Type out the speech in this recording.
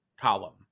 column